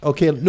Okay